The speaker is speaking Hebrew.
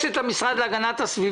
יש את המשרד להגנת הסביבה.